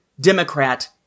Democrat